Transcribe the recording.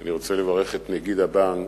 אני רוצה לברך את נגיד הבנק,